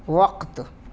وقت